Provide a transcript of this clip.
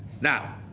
now